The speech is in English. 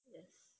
yes